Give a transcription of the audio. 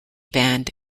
band